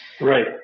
Right